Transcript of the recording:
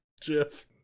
Jeff